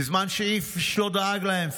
בזמן שאיש לא דאג להם,